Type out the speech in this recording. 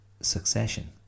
Succession